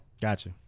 Gotcha